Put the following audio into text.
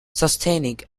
sustaining